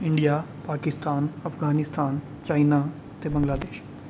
India Pakistan Afghanistan China ते बंगलादेश